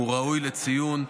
הוא ראוי לציון.